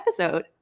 episode